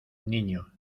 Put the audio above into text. niño